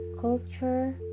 culture